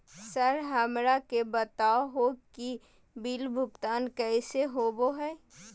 Sir हमरा के बता हो कि बिल भुगतान कैसे होबो है?